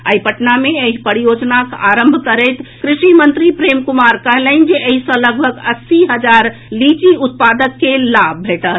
आई पटना मे एहि परियोजनाक आरंभ करैत कृषि मंत्री प्रेम कुमार कहलनि जे एहि सँ लगभग अस्सी हजार लीची उत्पादक के लाभ भेटत